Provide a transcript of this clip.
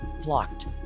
flocked